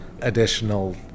additional